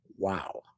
Wow